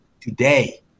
today